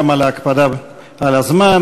גם על ההקפדה על הזמן.